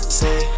say